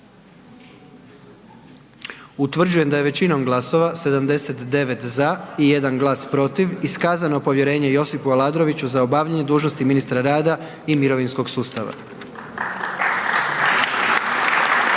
Utvrđujem da je većinom glasova, 79 za i 1 glas protiv iskazano povjerenje Josipu Aladroviću za obavljanje dužnosti ministra rada i mirovinskog